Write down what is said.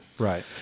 Right